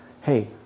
hey